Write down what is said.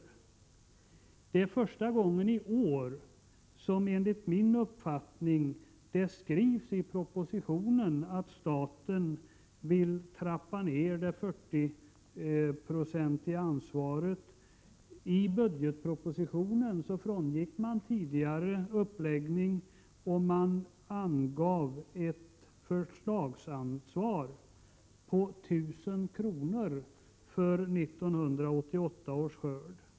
Enligt min uppfattning är det första gången i år som det står skrivet i propositionen att staten vill trappa ner det 40-procentiga ansvaret. I årets budgetproposition frångick man tidigare uppläggning och angav ett förslagsanslag på 1 000 kr. för 1988 års skörd.